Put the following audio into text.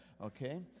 okay